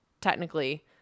technically